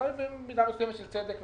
ואולי במידה מסוימת של הצדק,